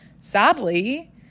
sadly